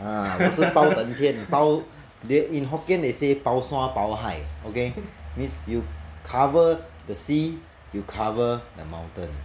ah 我是包整天包 they in hokkien they say bao sua bao hai okay means you cover the sea you cover the mountain